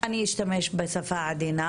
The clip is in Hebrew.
אני אשתמש בשפה עדינה